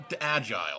agile